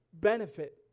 benefit